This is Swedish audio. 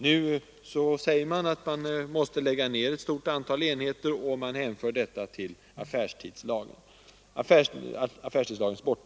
Nu säger man att man måste lägga ned ett stort antal enheter, och man hänför detta till affärstidslagens slopande.